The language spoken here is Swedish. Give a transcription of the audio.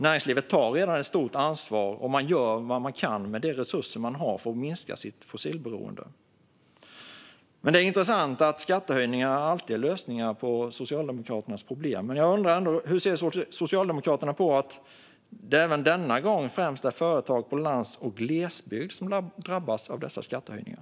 Näringslivet tar redan ett stort ansvar, och man gör vad man kan med de resurser man har för att minska sitt fossilberoende. Det är intressant att skattehöjningar alltid är Socialdemokraternas lösning på problem. Men jag undrar hur Socialdemokraterna ser på att det även denna gång främst är företag på landsbygd och i glesbygd som drabbas av dessa skattehöjningar.